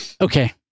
Okay